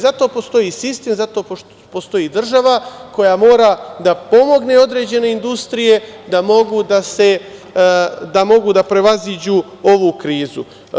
Zato postoji sistem, zato postoji država koja mora da pomogne određene industrije da mogu da prevaziđu ovu krizu.